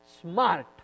smart